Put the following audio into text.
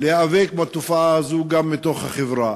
להיאבק בתופעה הזאת גם מתוך החברה.